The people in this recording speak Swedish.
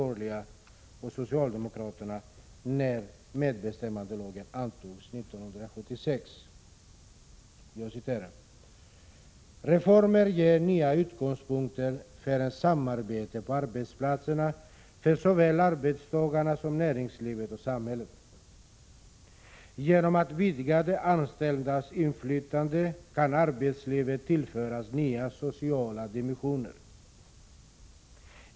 ”Reformen ger nya utgångspunkter för ett samarbete på arbetsplatserna för såväl arbetstagarna som näringslivet och samhället. Genom att vidga de anställdas inflytande kan arbetslivet tillföras nya sociala dimensioner.